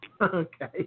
Okay